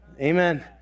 amen